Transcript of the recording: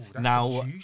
Now